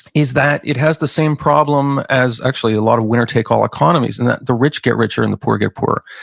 is that it has the same problem as a ah lot of winner-take-all economies, in that the rich get richer and the poor get poorer.